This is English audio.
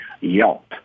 Yelp